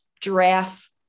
giraffe